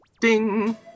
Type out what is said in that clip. ding